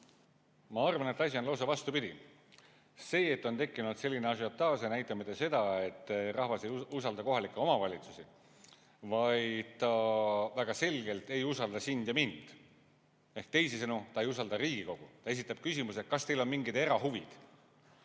Ma arvan, et asi on lausa vastupidi. See, et on tekkinud selline ažiotaaž, ei näita mitte seda, et rahvas ei usalda kohalikke omavalitsusi, vaid ta väga selgelt ei usalda sind ja mind. Ehk teisisõnu, ta ei usalda Riigikogu. Ta esitab küsimuse, kas teil on mingid erahuvid.